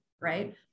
right